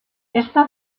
esta